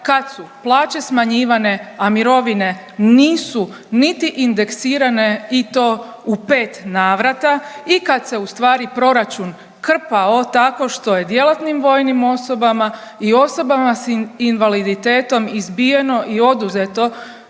kad su plaće smanjivane, a mirovine nisu niti indeksirane i to u pet navrata i kad se u stvari proračun krpao tako što je djelatnim vojnim osobama i osobama sa invaliditetom izbijeno i oduzeto